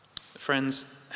Friends